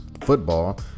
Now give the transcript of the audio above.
football